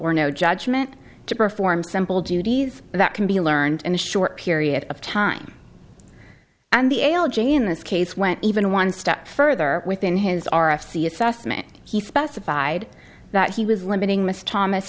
or no judgment to perform simple duties that can be learned in a short period of time and the a l j in this case went even one step further within his r f c assessment he specified that he was limiting miss thomas